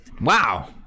Wow